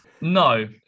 No